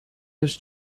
his